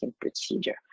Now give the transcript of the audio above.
procedure